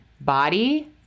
body